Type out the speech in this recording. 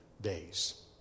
days